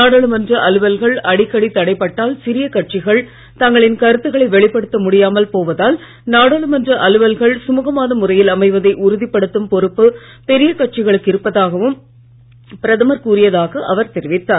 நாடாளுமன்ற அலுவல்கள் அடிக்கடி தடைப் பட்டால் சிறிய கட்சிகள் தங்களின் கருத்துக்களை வெளிப்படுத்த முடியாமல் போவதால் நாடாளுமன்ற அலுவல்கள் சுமுகமான முறையில் அமைவதை உறுதிப்படுத்தும் பொறுப்பு பெரிய கட்சிகளுக்கு இருப்பதாகவும் பிரதமர் கூறியதாக அவர் தெரிவித்தார்